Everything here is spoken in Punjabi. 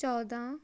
ਚੌਦ੍ਹਾਂ